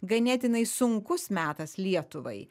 ganėtinai sunkus metas lietuvai